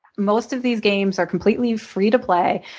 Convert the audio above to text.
most of these games are completely free to play.